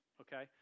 okay